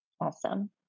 Awesome